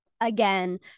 again